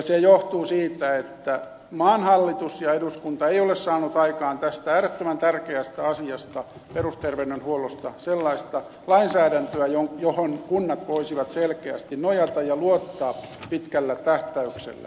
se johtuu siitä että maan hallitus ja eduskunta eivät ole saaneet aikaan tästä äärettömän tärkeästä asiasta perusterveydenhuollosta sellaista lainsäädäntöä johon kunnat voisivat selkeästi nojata ja luottaa pitkällä tähtäyksellä